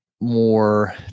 more